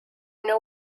know